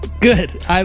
Good